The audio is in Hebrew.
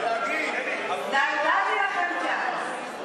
ולהגיד, נתתי לכם צ'אנס.